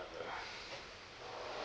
uh